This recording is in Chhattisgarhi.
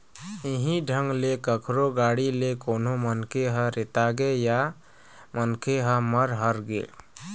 इहीं ढंग ले कखरो गाड़ी ले कोनो मनखे ह रेतागे या मनखे ह मर हर गे